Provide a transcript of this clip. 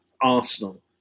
Arsenal